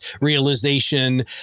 realization